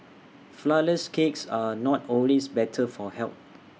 Flourless Cakes are not always better for health